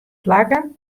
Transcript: plakken